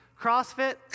CrossFit